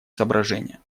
соображения